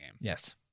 yes